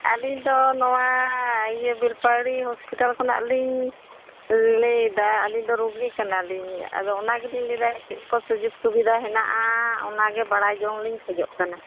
ᱟᱹᱞᱤᱧ ᱫᱚ ᱱᱚᱣᱟ ᱤᱭᱟᱹ ᱵᱮᱞᱯᱟᱦᱟᱲᱤ ᱦᱳᱥᱯᱤᱴᱟᱞ ᱠᱷᱚᱱᱟᱜ ᱞᱤᱧ ᱞᱟᱹᱭᱮᱫᱟ ᱟᱹᱞᱤᱧ ᱫᱚ ᱨᱩᱜᱤ ᱠᱟᱱᱟ ᱞᱤᱧ ᱟᱫᱚ ᱚᱱᱟ ᱜᱮᱞᱤᱧ ᱞᱟᱹᱭᱮᱫᱟ ᱪᱮᱫ ᱠᱚ ᱥᱩᱡᱳᱜᱽ ᱥᱩᱵᱤᱫᱟ ᱦᱮᱱᱟᱜᱼᱟ ᱚᱱᱟ ᱜᱮ ᱵᱟᱲᱟᱭ ᱡᱚᱝ ᱞᱤᱧ ᱠᱷᱚᱡᱚᱜ ᱠᱟᱱᱟ